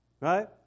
Right